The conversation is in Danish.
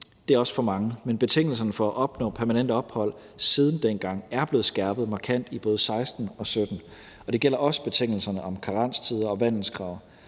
Det er også for mange, men betingelserne for at opnå permanent ophold siden dengang er blevet skærpet markant i både 2016 og 2017, og det gælder også betingelserne om karenstider og vandelskrav.